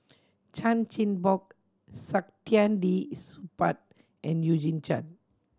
Chan Chin Bock Saktiandi Supaat and Eugene Chen